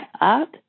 up